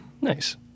Nice